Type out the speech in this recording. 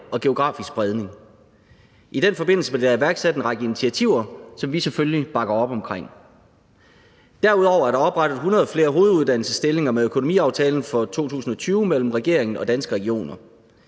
og geografisk spredning. I den forbindelse blev der iværksat en række initiativer, som vi selvfølgelig bakker op om. Derudover er der oprettet 100 flere hoveduddannelsesstillinger med økonomiaftalen for 2020 mellem regeringen og Danske Regioner.